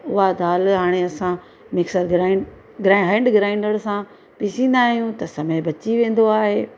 उहा दालि हाणे असां मिक्सर ग्राइंड ग्रा हैंड ग्राइंडर सां पीसिंदा आहियूं त समय बची वेंदो आहे